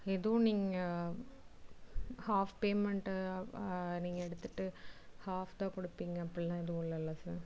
எதுவும் நீங்கள் half payment நீங்கள் எடுத்துகிட்டு ஆஃப் தான் கொடுப்பீங்க அப்படில்லாம் எதுவும் இல்லைல்ல சார்